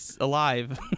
alive